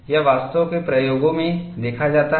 यह वास्तव के प्रयोगों में देखा जाता है